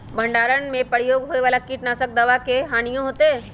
भंडारण में प्रयोग होए वाला किट नाशक दवा से कोई हानियों होतै?